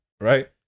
right